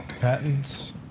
patents